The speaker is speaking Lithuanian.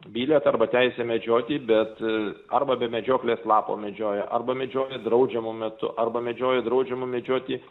bilietą arba teisę medžioti bet arba be medžioklės lapo medžioja arba medžioja draudžiamu metu arba medžioja draudžiamu medžioti